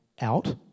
out